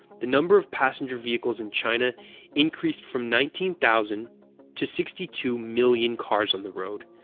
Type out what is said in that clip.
the number of passenger vehicles in china increased from nineteen thousand to sixty two million cars on the road,